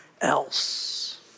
else